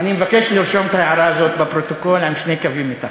אני מבקש לרשום את ההערה הזאת בפרוטוקול עם שני קווים מתחת.